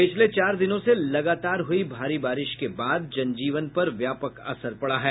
पिछले चार दिनों से लगातार हई भारी बारिश के बाद जनजीवन पर व्यापक असर पड़ा है